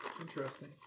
Interesting